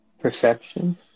Perception